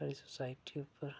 साढ़ी सोसाइटी पर